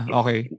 okay